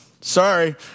Sorry